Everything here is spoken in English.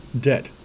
Debt